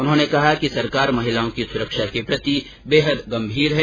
उन्होंने कहा कि सरकार महिलाओं की स्रक्षा के प्रति बेहद गम्भीर है